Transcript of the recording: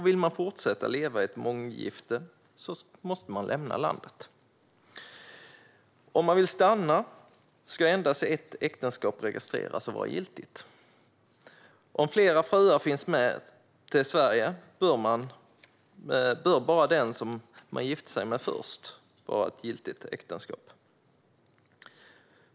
Vill man fortsätta leva i ett månggifte måste man alltså lämna landet. Om man vill stanna ska endast ett äktenskap registreras och vara giltigt. Om flera fruar finns med till Sverige bör bara äktenskapet med den som man gift sig med först vara giltigt.